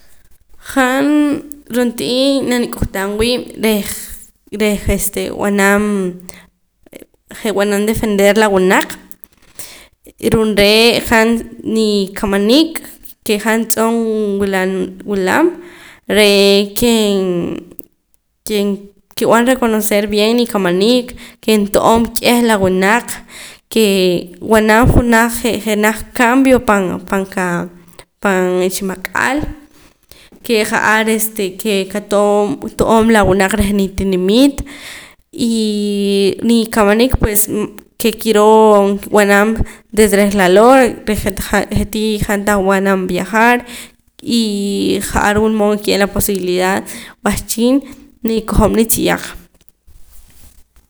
Han rontii nanik'uhtaa wiib' rej reh este b'anam je' b'anam defender la wunaq y ru'uum re' han nii kamaniik ke han tz'oo' wulan wulam ree' ke nkib'an reconocer bien nikamaniik ke nto'om k'eh la wunaq kee b'anam junaj je' jenaj cambio pan panqa pan iximak'al ke ja'ar este ke qato'oom to'oom la wunaq reh nitinimiit y nikamaniik pues ke kiroo kib'an desde reh laloo' reh je'tii han tan b'anam viajar y ja'ar wulmood nkiye'eem la posibiidad wahchin nikojom nitziyaaq